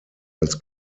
als